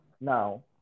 Now